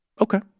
Okay